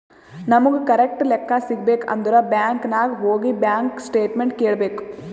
ನಮುಗ್ ಕರೆಕ್ಟ್ ಲೆಕ್ಕಾ ಸಿಗಬೇಕ್ ಅಂದುರ್ ಬ್ಯಾಂಕ್ ನಾಗ್ ಹೋಗಿ ಬ್ಯಾಂಕ್ ಸ್ಟೇಟ್ಮೆಂಟ್ ಕೇಳ್ಬೇಕ್